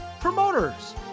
Promoters